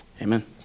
amen